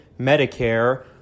Medicare